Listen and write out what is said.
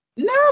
No